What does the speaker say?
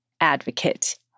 advocate